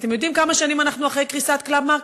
אתם יודעים כמה שנים אנחנו אחרי קריסת "קלאב מרקט"?